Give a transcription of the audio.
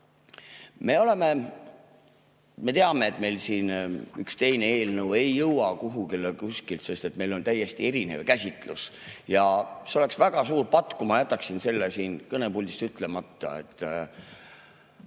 iganes. Me teame, et meil siin üks teine eelnõu ei jõua kuhugi, sest meil on täiesti erinev käsitus. Ja see oleks väga suur patt, kui ma jätaksin selle siin kõnepuldis ütlemata.